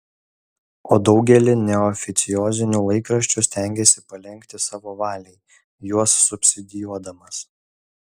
o daugelį neoficiozinių laikraščių stengėsi palenkti savo valiai juos subsidijuodamas